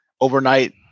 overnight